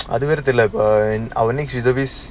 otherwise அதுவருதில்லஅவனும்:adhu varuthilla avanum she is